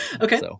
okay